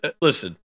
Listen